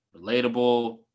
relatable